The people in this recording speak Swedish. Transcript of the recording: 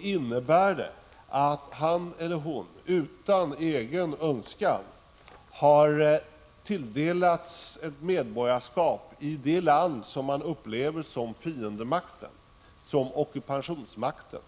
innebär det att han eller hon utan egen önskan har tilldelats ett medborgarskap i det land som upplevs som fiendemakten, som ockupationsmakten.